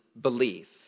belief